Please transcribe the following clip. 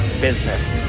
business